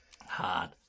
hard